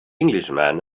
englishman